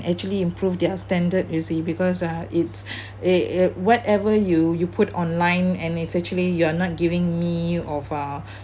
actually improve their standard you see because uh it's it it whatever you you put online and it's actually you are not giving me of uh